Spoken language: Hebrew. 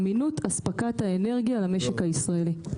אמינות אספקת האנרגיה למשק הישראלי.